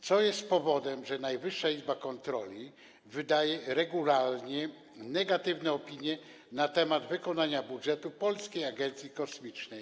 Co jest powodem, że Najwyższa Izba Kontroli wydaje regularnie negatywne opinie na temat wykonania budżetu Polskiej Agencji Kosmicznej?